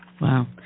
Wow